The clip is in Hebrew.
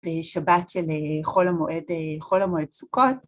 בשבת של חול המועד, חול המועד סוכות.